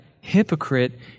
hypocrite